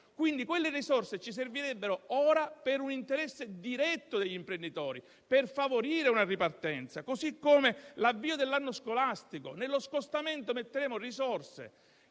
Quindi quelle risorse ci servirebbero ora per un interesse diretto degli imprenditori, per favorire una ripartenza. Così come l'avvio dell'anno scolastico. Nello scostamento metteremo risorse